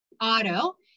auto